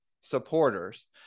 supporters